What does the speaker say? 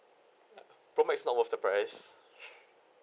pro max is not worth the price